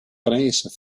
princes